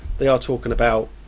they are talking about,